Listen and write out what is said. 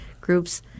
groups